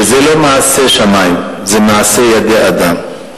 שזה לא מעשה שמים, זה מעשה ידי אדם.